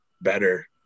better